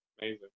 Amazing